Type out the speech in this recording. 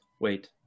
Wait